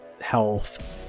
health